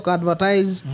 advertise